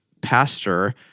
pastor